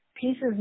pieces